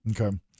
Okay